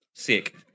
Sick